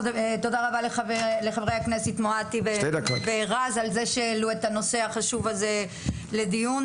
תודה רבה לחברת הכנסת מואטי ורז על זה שהעלו את הנושא החשוב הזה לדיון.